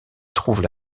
trouvent